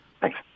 Thanks